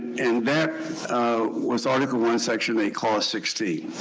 and that was article one, section eight, clause sixteen.